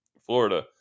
Florida